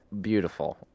beautiful